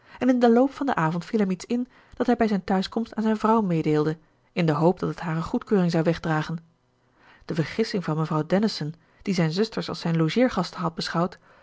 en in den loop van den avond viel hem iets in dat hij bij zijn thuiskomst aan zijn vrouw meedeelde in de hoop dat het hare goedkeuring zou wegdragen de vergissing van mevrouw dennison die zijne zusters als zijn logeergasten had beschouwd